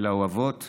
של האוהבות והאוהבים,